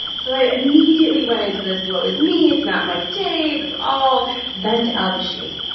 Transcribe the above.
so i immediately went into this woe is me. it's not my day i was all bent out of shape.